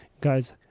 guys